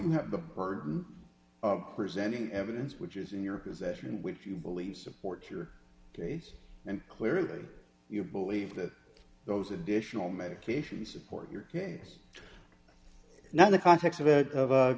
have the burden of presenting evidence which is in your possession which you believe supports your case and clearly you believe that those additional medication support your case now the context of